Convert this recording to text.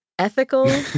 ethical